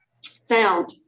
sound